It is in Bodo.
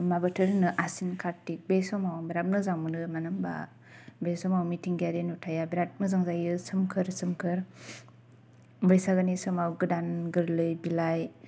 मा बोथोर होनो आसिन कार्तिक बे समाव बेराथ मोजां मोनो मानो होनबा बे समाव मिथिंगायारि नुथाय बेराथ मोजां जायो सोमखोर सोमखोर बैसागोनि समाव गोदान गोरलै बिलाइ